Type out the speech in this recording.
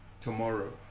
tomorrow